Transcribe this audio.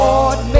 Lord